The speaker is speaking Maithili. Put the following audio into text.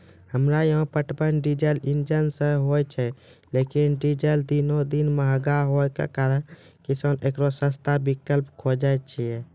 हमरा यहाँ पटवन डीजल इंजन से होय छैय लेकिन डीजल दिनों दिन महंगा होय के कारण किसान एकरो सस्ता विकल्प खोजे छैय?